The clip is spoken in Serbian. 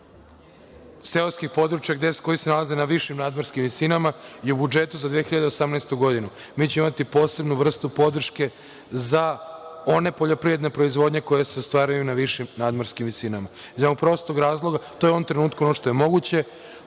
seoskih područja koji se nalaze na višim nadmorskim visinama. U budžetu za 2018. godinu mi ćemo imati posebnu vrstu podrške za one poljoprivredne proizvodnje koje se ostvaruju na višim nadmorskim visinama. To je u ovom trenutku moguće.